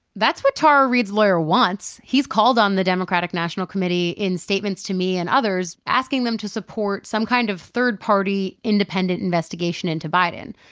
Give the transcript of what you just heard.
that's what tara reade's lawyer wants. he's called on the democrat national committee in statements to me and others asking them to support some kind of third party independent investigation into biden.